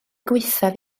gwaethaf